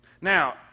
Now